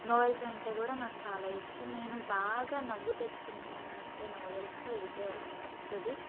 novels అంటే కూడా నాకు చాలా ఇష్టం నేను బాగా నవ్వు తెచ్చుకున్నాను అంటే నవెల్స్లో ఇదే ఫస్ట్ది